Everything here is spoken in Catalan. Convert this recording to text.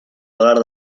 dòlar